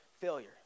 failure